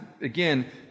again